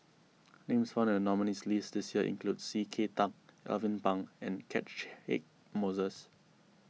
names found in the nominees' list this year include C K Tang Alvin Pang and Catchick Moses